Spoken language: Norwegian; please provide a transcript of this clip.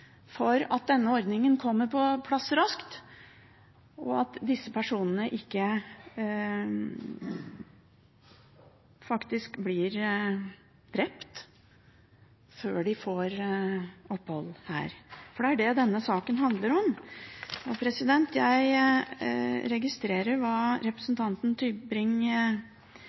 for at denne ordningen kommer på plass raskt, og at disse personene ikke blir drept før de får opphold her. Det er det denne saken handler om. Jeg registrerer hva